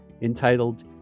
entitled